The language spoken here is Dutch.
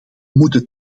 moeten